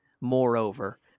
moreover